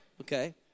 Okay